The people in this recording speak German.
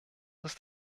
ist